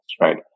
right